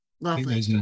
Lovely